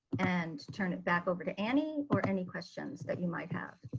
and turn it back over to annie for any questions that you might have.